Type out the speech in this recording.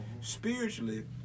spiritually